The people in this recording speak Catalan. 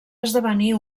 esdevenir